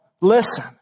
listen